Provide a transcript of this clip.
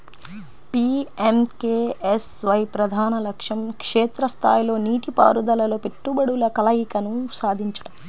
PMKSY ప్రధాన లక్ష్యం క్షేత్ర స్థాయిలో నీటిపారుదలలో పెట్టుబడుల కలయికను సాధించడం